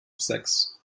sechs